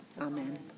Amen